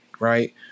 Right